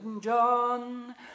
John